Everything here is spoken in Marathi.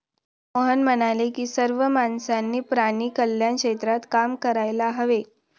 मोहन म्हणाले की सर्व माणसांनी प्राणी कल्याण क्षेत्रात काम करायला हवे